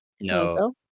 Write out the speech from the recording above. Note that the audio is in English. No